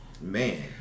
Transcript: man